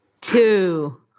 two